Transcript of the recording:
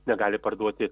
negali parduoti